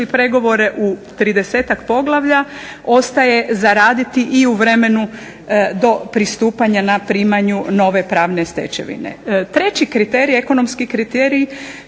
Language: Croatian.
pregovore u 30-tak poglavlja ostaje za raditi i u vremenu do pristupanja na primanju nove pravne stečevine. Treći kriterij, ekonomski kriterij,